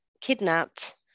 kidnapped